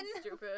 Stupid